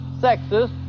sexist